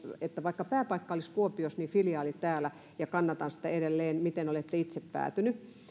että vaikka pääpaikka olisi kuopiossa niin filiaali täällä ja kannatan sitä edelleen mihin olette itse päätynyt